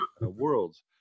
worlds